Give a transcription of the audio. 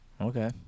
Okay